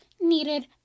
needed